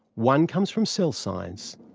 one comes from cell science,